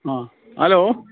ആ ഹലോ